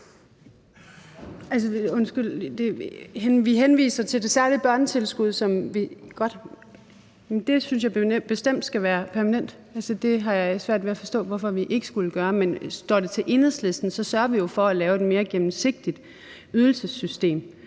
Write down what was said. Henvises der til det særlige børnetilskud? Godt. Det synes jeg bestemt skal være permanent. Jeg har svært ved at forstå, hvorfor vi ikke skulle gøre det permanent. Står det til Enhedslisten, sørger vi jo for at lave et mere gennemsigtigt ydelsessystem,